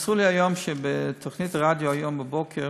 מסרו לי היום שבתוכנית רדיו הבוקר